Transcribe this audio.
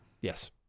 Yes